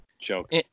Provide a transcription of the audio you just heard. Joke